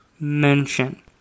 mention